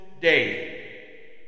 day